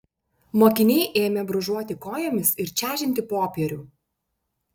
mokiniai ėmė brūžuoti kojomis ir čežinti popierių